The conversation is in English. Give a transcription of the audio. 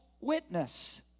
witness